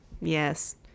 Yes